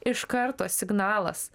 iš karto signalas